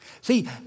See